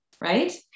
right